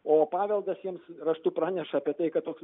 o paveldas jiems raštu praneša apie tai kad toks